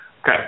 Okay